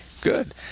good